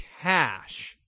cash